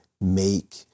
make